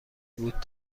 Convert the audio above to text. بود